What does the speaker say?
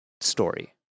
story